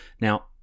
Now